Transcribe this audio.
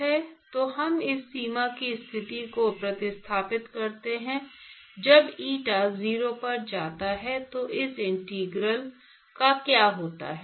तो हम इस सीमा की स्थिति को प्रतिस्थापित करते हैं जब eta 0 पर जाता है तो इस इंटीग्रल का क्या होता है